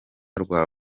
rwa